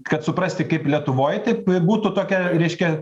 kad suprasti kaip lietuvoj taip būtų tokia reiškia